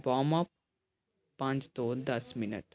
warm up ਪੰਜ ਤੋਂ ਦਸ ਮਿੰਨਟ